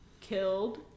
killed